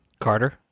Carter